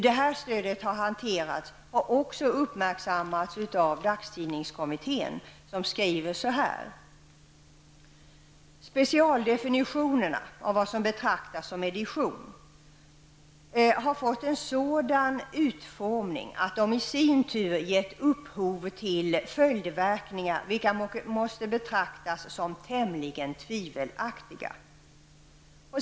Hur detta stöd har hanterats har också uppmärksammats av dagstidningskommittén som skriver att specialdefinitionerna har fått en sådan utformning att de i sin tur gett upphov till följdverkningar, vilka måste betraktas som tämligen tvivelaktiga.